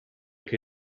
che